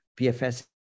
PFS